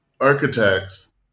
architects